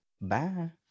Bye